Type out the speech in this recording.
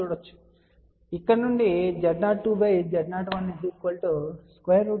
కాబట్టి ఇక్కడ నుండి Z02Z01 అని చెప్పవచ్చు